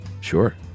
Sure